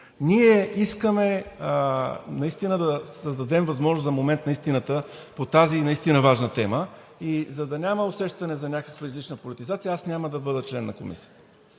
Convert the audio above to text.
Ние искаме наистина да дадем възможност за момент на истината по тази важна тема и за да няма усещане за някаква излишна политизация, аз няма да бъда член на комисията,